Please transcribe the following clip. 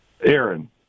Aaron